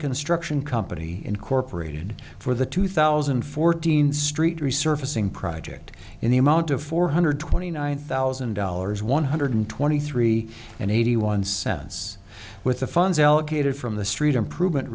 construction company incorporated for the two thousand and fourteen st resurfacing project in the amount of four hundred twenty nine thousand dollars one hundred twenty three and eighty one cents with the funds allocated from the street improvement